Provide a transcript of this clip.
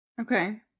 Okay